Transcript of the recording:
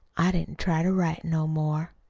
i didn't try to write no more.